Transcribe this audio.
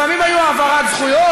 לפעמים הייתה העברת זכויות,